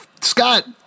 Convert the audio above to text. Scott